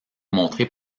montré